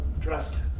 Trust